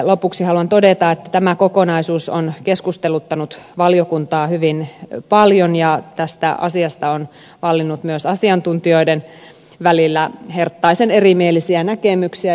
lopuksi haluan todeta että tämä kokonaisuus on keskusteluttanut valiokuntaa hyvin paljon ja tästä asiasta on vallinnut myös asiantuntijoiden välillä herttaisen erimielisiä näkemyksiä